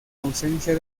ausencia